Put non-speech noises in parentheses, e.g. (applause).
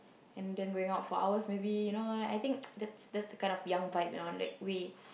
and then going out for hours maybe you know I think (noise) that's that's the kind of young vibes you know like we